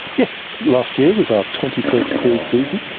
yes, last year was our twenty first field season,